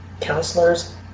counselors